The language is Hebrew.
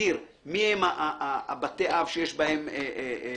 להגדיר מיהם בתי האב שיש בהם ילדים,